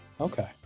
Okay